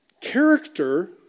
character